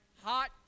hot